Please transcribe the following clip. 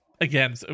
again